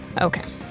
Okay